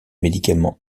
médicaments